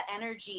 energy